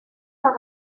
par